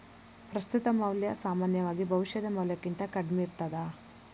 ಪ್ರಸ್ತುತ ಮೌಲ್ಯ ಸಾಮಾನ್ಯವಾಗಿ ಭವಿಷ್ಯದ ಮೌಲ್ಯಕ್ಕಿಂತ ಕಡ್ಮಿ ಇರ್ತದ